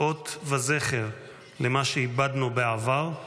אות וזכר למה שאיבדנו בעבר,